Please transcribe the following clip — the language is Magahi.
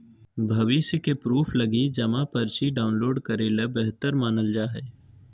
भविष्य के प्रूफ लगी जमा पर्ची डाउनलोड करे ल बेहतर मानल जा हय